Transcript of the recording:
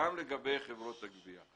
גם לגבי חברות הגבייה.